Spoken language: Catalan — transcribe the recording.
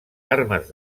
armes